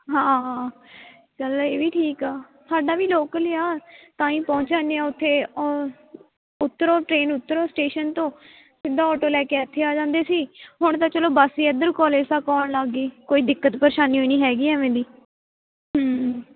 ਹਾਂ ਚੱਲ ਇਹ ਵੀ ਠੀਕ ਆ ਸਾਡਾ ਵੀ ਲੋਕਲ ਹੈ ਆ ਤਾਂ ਹੀ ਪਹੁੰਚ ਜਾਂਦੇ ਆ ਉੱਥੇ ਉੱਤਰੋ ਟ੍ਰੇਨ ਉੱਤਰੋ ਸਟੇਸ਼ਨ ਤੋਂ ਸਿੱਧਾ ਆਟੋ ਲੈ ਕੇ ਇੱਥੇ ਆ ਜਾਂਦੇ ਸੀ ਹੁਣ ਤਾਂ ਚੱਲੋ ਬਸ ਹੀ ਇੱਧਰ ਕੋਲਜ ਤੱਕ ਆਉਣ ਲੱਗ ਗਈ ਕੋਈ ਦਿੱਕਤ ਪਰੇਸ਼ਾਨੀ ਹੋਈ ਨਹੀਂ ਹੈਗੀ ਇਵੇਂ ਦੀ